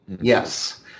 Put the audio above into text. Yes